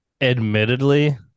admittedly